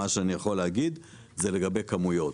מה שאני יכול להגיד זה לגבי כמויות.